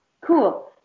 Cool